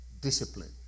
Discipline